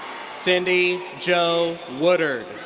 cydnee jo woodard.